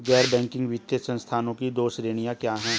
गैर बैंकिंग वित्तीय संस्थानों की दो श्रेणियाँ क्या हैं?